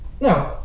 No